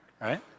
right